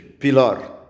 Pilar